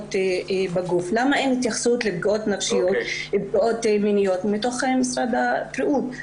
למה אין התייחסות לפגיעות נפשיות ולפגיעות מיניות מתוך משרד הבריאות?